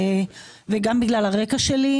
וגם בגלל הרקע שלי,